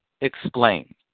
explain